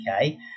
okay